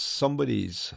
somebody's